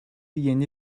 yeni